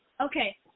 Okay